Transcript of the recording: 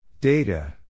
Data